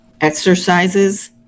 exercises